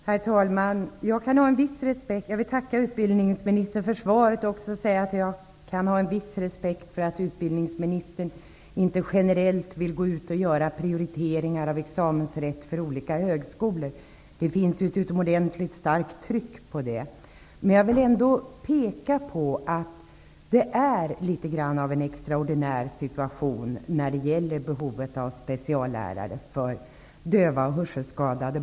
Herr talman! Jag vill tacka utbildningsministern för svaret. Jag kan ha en viss respekt för att utbildningsministern generellt inte vill göra prioriteringar i examensrätten för olika högskolor. Det finns ett utomordentligt starkt tryck på det området. Men jag vill ändå peka på att behovet av speciallärare för döva och hörselskadade barn utgör en extraordinär situation.